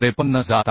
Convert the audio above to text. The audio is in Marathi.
53 जात आहे